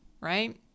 right